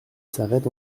s’arrête